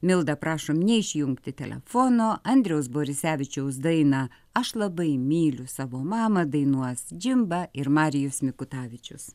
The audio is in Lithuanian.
milda prašom neišjungti telefono andriaus borisevičiaus dainą aš labai myliu savo mamą dainuos džimba ir marijus mikutavičius